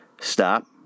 stop